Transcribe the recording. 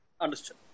Understood